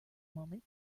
moment